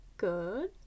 Good